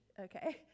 okay